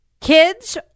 Kids